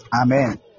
Amen